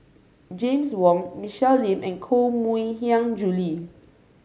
James Wong Michelle Lim and Koh Mui Hiang Julie